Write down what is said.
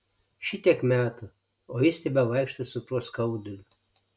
šitiek metų o jis tebevaikšto su tuo skauduliu